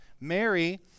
Mary